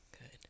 good